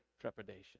trepidation